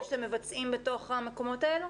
שאתם מבצעים במקומות האלה?